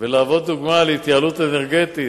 ולהוות דוגמה להתייעלות אנרגטית.